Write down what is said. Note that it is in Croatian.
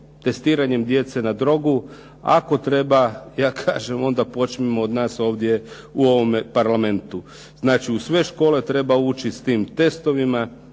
Testiranjem djece na drogu. Ako treba ja kažem onda počnimo od nas ovdje u ovome Parlamentu. Znači u sve škole treba ući s tim testovima,